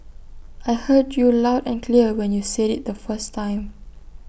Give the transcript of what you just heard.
I heard you loud and clear when you said IT the first time